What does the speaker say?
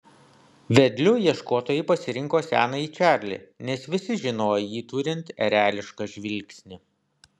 vedliu ieškotojai pasirinko senąjį čarlį nes visi žinojo jį turint erelišką žvilgsnį